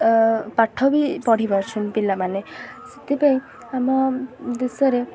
ପାଠ ବି ପଢ଼ି ପାରୁଛନ୍ତି ପିଲାମାନେ ସେଥିପାଇଁ ଆମ ଦେଶରେ